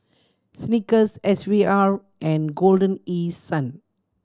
Snickers S V R and Golden East Sun